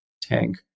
tank